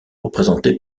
représentés